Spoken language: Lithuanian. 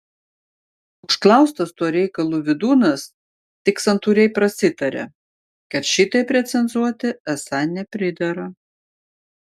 užklaustas tuo reikalu vydūnas tik santūriai prasitarė kad šitaip recenzuoti esą nepridera